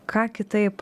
ką kitaip